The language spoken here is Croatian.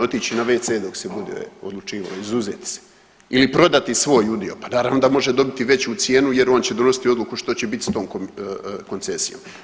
Otići na wc dok se bude odlučivao, izuzeti se ili prodati svoj udio, pa naravno da može dobiti veću cijenu jer on će donositi odluku što će biti s tom koncesijom.